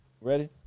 Ready